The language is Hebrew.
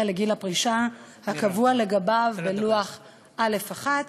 לגיל הפרישה הקבוע לגביו לפי לוח א'1,